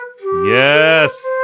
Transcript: yes